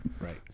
right